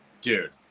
dude